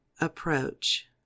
approach